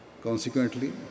Consequently